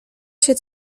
się